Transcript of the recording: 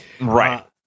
right